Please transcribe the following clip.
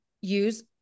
use